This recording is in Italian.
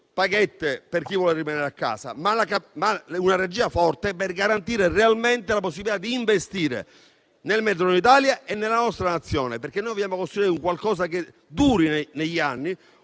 paghette per chi vuole rimanere a casa, ma una regia forte per garantire realmente la possibilità di investire nel Mezzogiorno d'Italia e nella nostra Nazione. Dobbiamo costruire un qualcosa che duri negli anni,